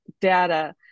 data